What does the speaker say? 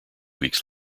weeks